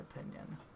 opinion